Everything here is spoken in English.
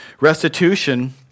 restitution